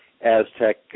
Aztec